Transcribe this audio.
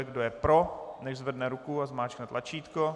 Kdo je pro, nechť zvedne ruku a zmáčkne tlačítko.